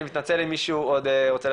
אני מתנצל אם עוד מישהו רצה לדבר,